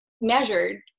measured